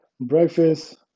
breakfast